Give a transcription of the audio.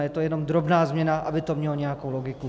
Je to jenom drobná změna, aby to mělo nějakou logiku.